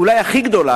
אולי הכי גדולה,